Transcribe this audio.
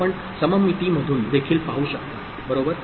आपण सममितीमधून देखील पाहू शकता बरोबर